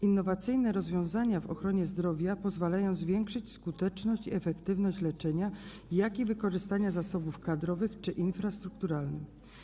Innowacyjne rozwiązania w ochronie zdrowia pozwalają zwiększyć zarówno skuteczność i efektywność leczenia, jak i wykorzystanie zasobów kadrowych czy infrastrukturalnych.